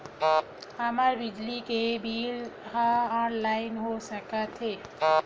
हमर बिजली के बिल ह ऑनलाइन हो सकत हे?